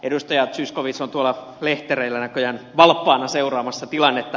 edustaja zyskowicz on tuolla lehtereillä näköjään valppaana seuraamassa tilannetta